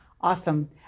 Awesome